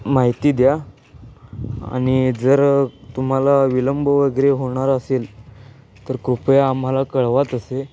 माहिती द्या आणि जर तुम्हाला विलंब वगैरे होणार असेल तर कृपया आम्हाला कळवा तसे